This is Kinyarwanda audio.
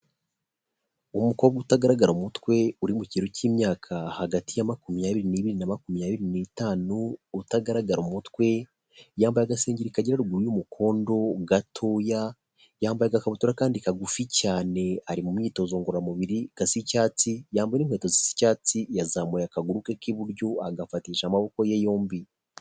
Umukobwa utagaragara umutwe uri mu kigero cy'imyaka hagati ya makumyabiri n'ibiri na makumyabiri n'itanu utagaragara umutwe yambaye agasenge kajyara ruguru y'umukondo gatoya, yambaye agakabutura kandi kagufi cyane ari mu myitozo ngororamubiri gasa icyatsi yambaye n'inkweto zisa icyatsi yazamuye akaguru ke k'iburyo agafatisha amaboko ye yombi.